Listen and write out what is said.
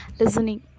listening